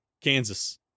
Kansas